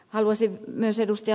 haluaisin myös ed